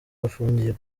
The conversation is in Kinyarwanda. bafungiye